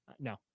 No